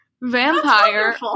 Vampire